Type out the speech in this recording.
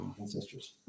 ancestors